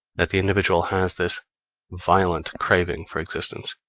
that the individual has this violent craving for existence.